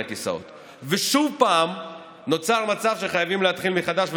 הכיסאות ושוב נוצר מצב שחייבים להתחיל מחדש.